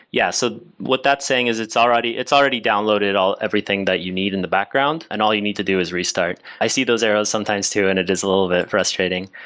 yeah, so what that's saying is it's already it's already downloaded everything that you need in the background and all you need to do is restart. i see those arrows sometimes too and it is a little bit frustrating,